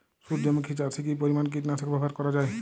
সূর্যমুখি চাষে কি পরিমান কীটনাশক ব্যবহার করা যায়?